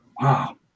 Wow